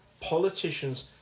politicians